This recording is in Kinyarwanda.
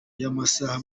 y’amasaha